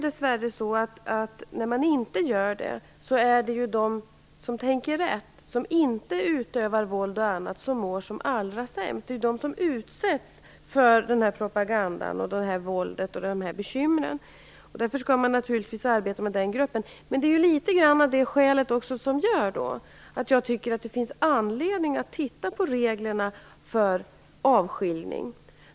Dessvärre är det de som tänker rätt och som inte utövar våld och annat, som mår allra sämst när denna samverkan inte finns. Det är de som utsätts för propagandan, våldet och bekymren, och därför skall man naturligtvis arbeta med den gruppen. Det är en av anledningarna till att jag tycker att vi skall se över reglerna för avskiljning.